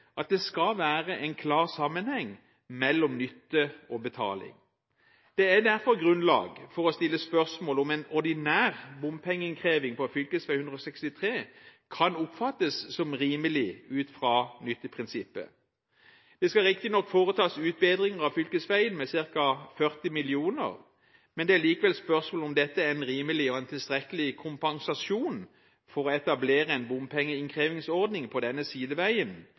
at det skal være en klar sammenheng mellom nytte og betaling. Det er derfor grunnlag for å stille spørsmål om en ordinær bompengeinnkreving på fv.163 kan oppfattes som rimelig ut fra nytteprinsippet. Det skal riktignok foretas utbedringer av fylkesveien med ca. 40 mill. kr, men det er likevel spørsmål om dette er en rimelig og tilstrekkelig kompensasjon for å etablere en bompengeinnkrevingsordning på denne sideveien,